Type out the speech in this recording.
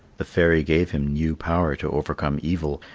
the fairy gave him new power to overcome evil,